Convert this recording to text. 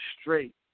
straight